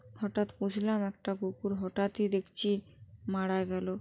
হঠাৎ পুষলাম একটা কুকুর হঠাৎই দেখছি মারা গেলো